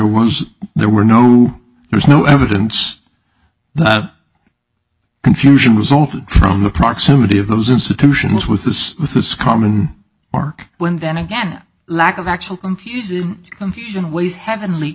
was there were no there's no evidence that confusion resulting from the proximity of those institutions was this is common or when then again lack of actual confusion confusion was heavenly